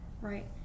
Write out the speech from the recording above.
Right